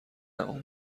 اون